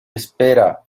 espera